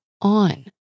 on